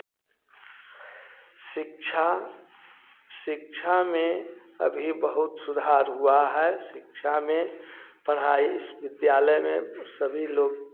शिक्षा शिक्षा में अभी बहुत सुधार हुआ है शिक्षा में पढ़ाई इस विद्यालय में सभी लोग